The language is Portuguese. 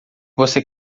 você